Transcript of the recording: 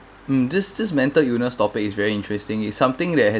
mm this this mental illness topic is very interesting it's something that has